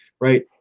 right